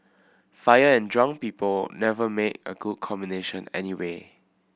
fire and drunk people never make a good combination anyway